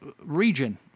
region